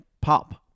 pop